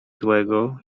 złego